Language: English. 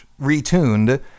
retuned